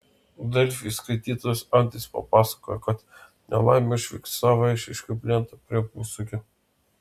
delfi skaitytojas andrius pasakojo kad nelaimę užfiksavo eišiškių plente prie posūkio